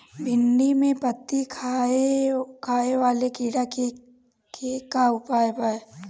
भिन्डी में पत्ति खाये वाले किड़ा के का उपाय बा?